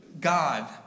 God